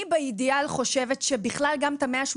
אני באידיאל חושבת שבכלל גם את ה- 180